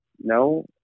No